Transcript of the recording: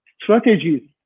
strategies